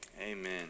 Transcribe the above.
Amen